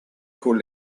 con